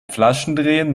flaschendrehen